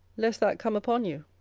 lest that come upon you,